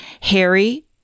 Harry